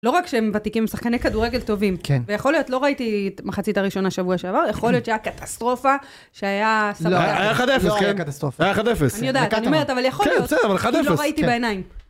לא רק שהם ותיקים, הם שחקני כדורגל טובים. כן. ויכול להיות, לא ראיתי את מחצית הראשונה שבוע שעבר, יכול להיות שהיה קטסטרופה, שהיה סבבה. לא, היה 1-0, כן. לא היה קטסטרופה. היה 1-0. אני יודעת, אני אומרת, אבל יכול להיות. כן, בסדר, אבל 1-0. לא ראיתי בעיניים.